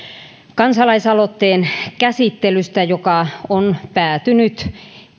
kansa laisaloitteen käsittelystä joka on päätynyt